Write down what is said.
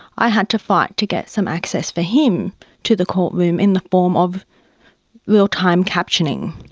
i had to fight to get some access for him to the courtroom in the form of real-time captioning.